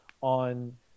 on